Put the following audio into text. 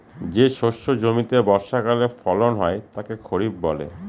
যে শস্য জমিতে বর্ষাকালে ফলন হয় তাকে খরিফ বলে